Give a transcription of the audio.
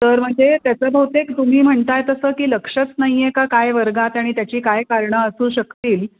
तर म्हणजे त्याचं बहुतेक तुम्ही म्हणत आहे तसं की लक्षच नाही आहे का काय वर्गात आणि त्याची काय कारणं असू शकतील